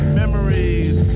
memories